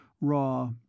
raw